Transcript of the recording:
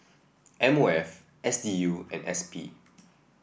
M O F S D U and S P